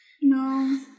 no